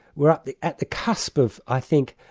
we're at the at the cusp of, i think,